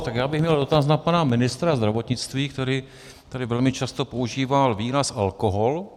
Já bych měl dotaz na pana ministra zdravotnictví, který tady velmi často používal výraz alkohol.